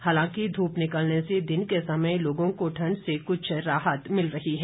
हालांकि धूप निकलने से दिन के समय लोगों को ठंड से कुछ राहत मिल रही है